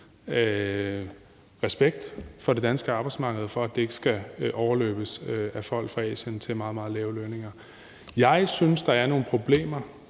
respekt for det danske arbejdsmarked og for, at det ikke skal overløbes af folk fra Asien til meget, meget lave lønninger. Jeg synes, der er nogle problemer